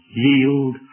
yield